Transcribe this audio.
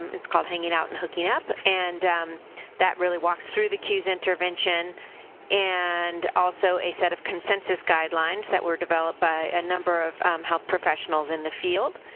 um it's called hanging out or and hooking up, and that really walks through the cues intervention and also a set of consensus guidelines that were developed by a number of health professionals in the field.